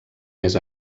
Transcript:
més